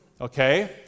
okay